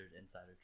insider